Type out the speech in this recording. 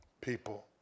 people